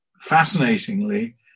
fascinatingly